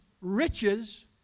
riches